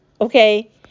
Okay